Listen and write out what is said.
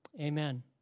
Amen